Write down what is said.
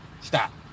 Stop